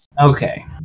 Okay